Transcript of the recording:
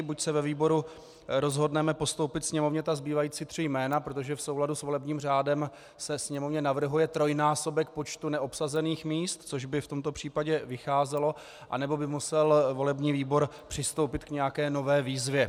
Buď se ve výboru rozhodneme postoupit Sněmovně zbývající tři jména, protože v souladu s volebním řádem se Sněmovně navrhuje trojnásobek počtu neobsazených míst, což by v tomto případě vycházelo, anebo by musel volební výbor přistoupit k nějaké nové výzvě.